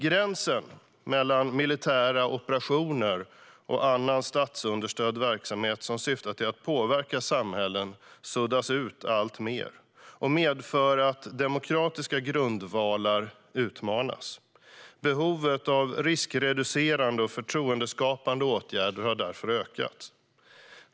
Gränsen mellan militära operationer och annan statsunderstödd verksamhet som syftar till att påverka samhällen suddas alltmer ut och medför att demokratiska grundvalar utmanas. Behovet av riskreducerande och förtroendeskapande åtgärder har därför ökat.